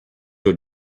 your